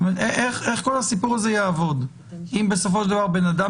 איך כל הסיפור הזה יעבוד אם בסופו של דבר בן אדם